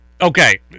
Okay